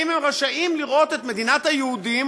אם הם רשאים לראות את מדינת היהודים